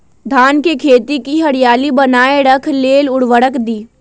धान के खेती की हरियाली बनाय रख लेल उवर्रक दी?